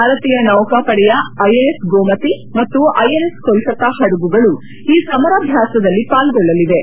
ಭಾರತೀಯ ನೌಕಾಪಡೆಯ ಐಎನ್ಎಸ್ ಗೋಮತಿ ಮತ್ತು ಐಎನ್ಎಸ್ ಕೊಲ್ಲತ್ತಾ ಪಡಗುಗಳು ಈ ಸಮರಾಭ್ಯಾಸದಲ್ಲಿ ಪಾಲ್ಗೊಳ್ಳಲಿವೆ